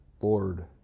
Lord